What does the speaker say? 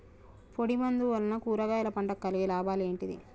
పొడిమందు వలన కూరగాయల పంటకు కలిగే లాభాలు ఏంటిది?